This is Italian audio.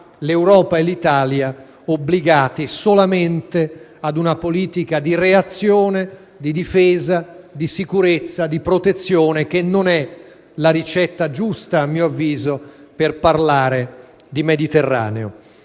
l'Europa e l'Italia obbligate solamente ad una politica di reazione, di difesa, di sicurezza, di protezione, che non è la ricetta giusta, a mio avviso, per parlare di Mediterraneo.